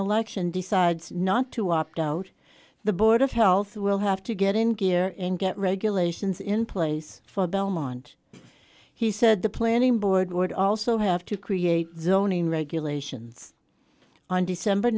election decides not to opt out the board of health will have to get in gear and get regulations in place for belmont he said the planning board would also have to create zoning regulations on december